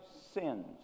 sins